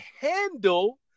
handle